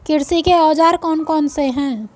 कृषि के औजार कौन कौन से हैं?